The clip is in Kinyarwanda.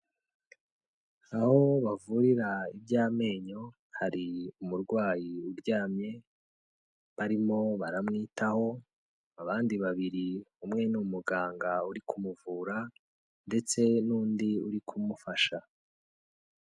Aho bavurira iby'amenyo hari umurwayi uryamye barimo baramwitaho, abandi babiri umwe ni umuganga uri kumuvura ndetse n'undi uri kumufasha.